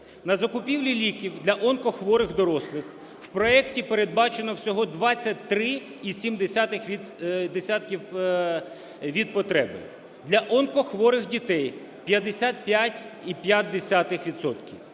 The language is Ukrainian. На закупівлю ліків для онкохворих дорослих в проекті передбачено всього 23,7 десятих від потреби, для онкохворих дітей – 55,5